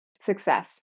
success